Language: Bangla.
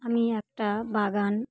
আমি একটা বাগান